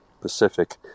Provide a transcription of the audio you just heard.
Pacific